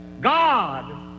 God